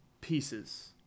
pieces